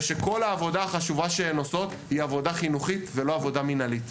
ושכל העבודה החשובה שהן עושות היא עבודה חינוכית ולא עבודה מינהלית.